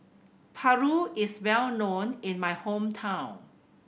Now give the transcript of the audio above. Paru is well known in my hometown